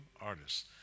artists